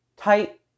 Tight